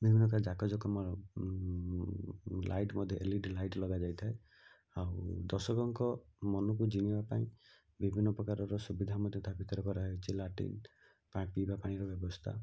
ବିଭିନ୍ନ ପ୍ରକାର ଜାକ ଜକମ ଲାଇଟ୍ ମଧ୍ୟ ଏଲ୍ ଇ ଡ଼ି ଲାଇଟ୍ ଲଗା ଯାଇଥାଏ ଆଉ ଦର୍ଶକଙ୍କମାନକୁ ଜିଣିବା ପାଇଁ ବିଭିନ୍ନ ପ୍ରକାରର ସୁବିଧା ମଧ୍ୟ ତା' ଭିତରେ କରା ହେଇଛି ଲାଟ୍ରିନ୍ ପିଇବା ପାଣିର ବ୍ୟବସ୍ଥା